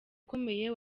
ukomeye